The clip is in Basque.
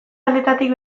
aldetatik